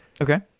Okay